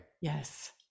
yes